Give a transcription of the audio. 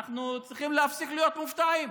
אנחנו צריכים להפסיק להיות מופתעים.